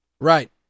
right